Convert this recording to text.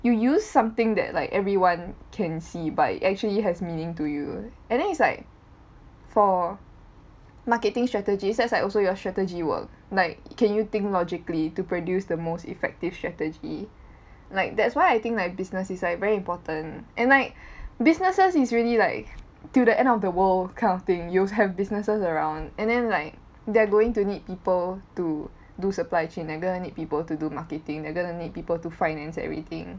you use something that like everyone can see but actually has meaning to you and then it's like for marketing strategies that's like also like your strategy work like can you think logically to produce the most effective strategy like that's why I think like business is like very important and like businesses is really like till the end of the world kind of thing you have businesses around and then like they're going to need people to do supply chain they're gonna need people to do marketing they're going to need people to finance everything